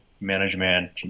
management